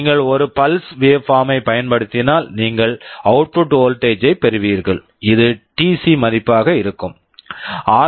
நீங்கள் ஒரு pulse waveform pulse waveform ஐப் பயன்படுத்தினால் நீங்கள் அவுட்புட் வோல்ட்டேஜ் output voltage ஐப் பெறுவீர்கள் இது டிசி DC மதிப்பாக இருக்கும் ஆர்